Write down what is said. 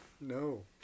No